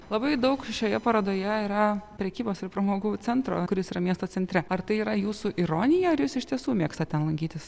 labai daug šioje parodoje yra prekybos ir pramogų centro kuris yra miesto centre ar tai yra jūsų ironija ar jūs iš tiesų mėgst ten lankytis